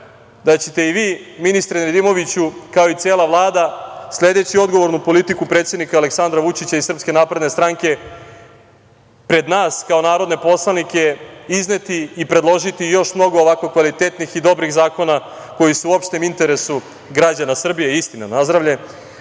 da ćete i vi, ministre Nedimoviću, kao i cela Vlada, sledeći odgovornu politiku predsednika Aleksandra Vučića i SNS, pred nas kao narodne poslanike izneti i predložiti još mnogo ovako kvalitetnih i dobrih zakona koji su u opštem interesu građana Srbije i da ćemo svi